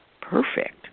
perfect